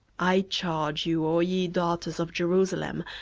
i charge you, o ye daughters of jerusalem,